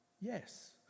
Yes